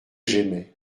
j’aimais